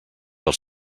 els